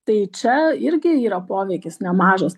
tai čia irgi yra poveikis nemažas